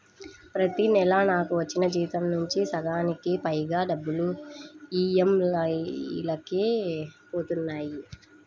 ప్రతి నెలా నాకు వచ్చిన జీతం నుంచి సగానికి పైగా డబ్బులు ఈఎంఐలకే పోతన్నాయి